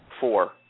Four